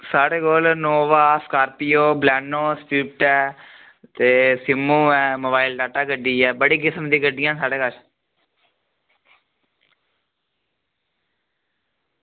साढ़े कोल Innova Scorpio Baleno Swift ऐ सुमो ऐ मोबाईल टाटा गड्डी ऐ एह् केईं किस्म दियां गड्डियां न साढ़े कश